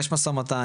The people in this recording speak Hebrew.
יש משא ומתן,